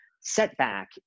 setback